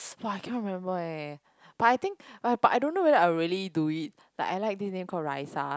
!wah! I cannot remember eh but I think but I don't know whether I will really do it like I like this name call Raisa